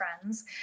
friends